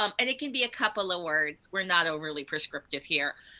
um and it can be a couple of words, we're not overly prescriptive here,